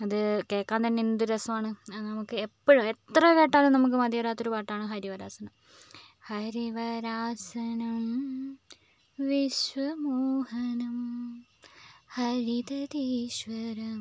അത് കേൾക്കാൻ തന്നെ എന്തു രസമാണ് നമുക്ക് എപ്പോഴും എത്ര കേട്ടാലും നമുക്ക് മതി വരാത്തൊരു പാട്ടാണ് ഹരിവരാസനം ഹരിവരാസനം വിശ്വമോഹനം ഹരിദധീശ്വരം